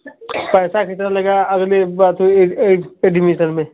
पढ़ता है के सर नहीं अभी मेरी बात हुई एड एड एडमिशन में